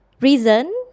reason